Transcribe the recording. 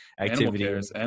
activity